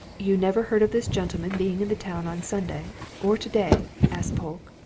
you never heard of this gentleman being in the town on sunday or today? asked polke.